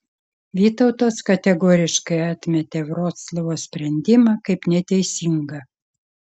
vytautas kategoriškai atmetė vroclavo sprendimą kaip neteisingą